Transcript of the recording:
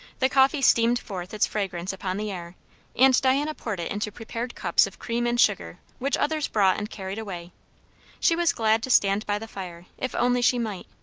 the coffee steamed forth its fragrance upon the air and diana poured it into prepared cups of cream and sugar which others brought and carried away she was glad to stand by the fire if only she might.